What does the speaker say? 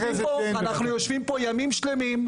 אנחנו יושבים פה ימים שלמים.